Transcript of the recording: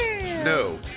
No